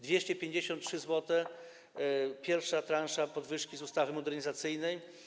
253 zł to pierwsza transza podwyżki z ustawy modernizacyjnej.